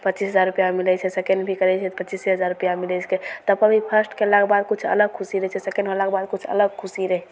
पचीस हजार रुपैआ मिलै छै सेकेण्ड भी करै छै तऽ पचीसे हजार रुपैआ मिलै छिकै तबपर भी फस्र्ट कएलाक बाद किछु अलग खुशी रहै छै सेकेण्ड होलाके बाद किछु अलग खुशी रहै